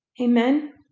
Amen